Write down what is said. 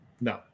No